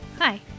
Hi